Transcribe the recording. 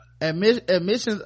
admissions